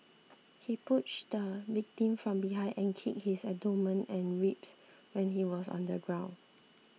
he pushed the victim from behind and kicked his abdomen and ribs when he was on the ground